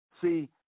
See